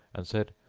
and said,